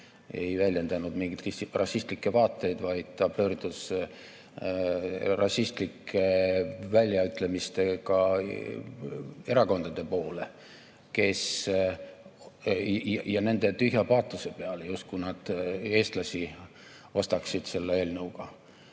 ei väljendanud mingeid rassistlikke vaateid, vaid ta pöördus rassistlike väljaütlemistega erakondade poole ja nende tühja paatose peale, justkui nad eestlasi ostaksid selle eelnõuga.